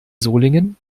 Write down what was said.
solingen